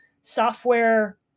software